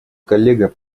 коллега